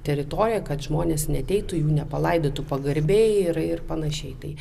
teritorija kad žmonės neateitų jų nepalaidotų pagarbiai ir ir panašiai tai